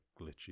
glitchy